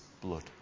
blood